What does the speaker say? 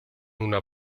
una